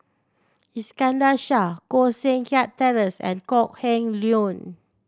Iskandar Shah Koh Seng Kiat Terence and Kok Heng Leun